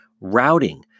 routing